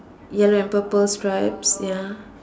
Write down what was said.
yellow and purple stripes ya